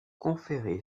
conféré